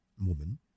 woman